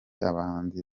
abahanzi